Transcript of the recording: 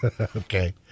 Okay